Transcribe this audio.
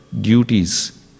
duties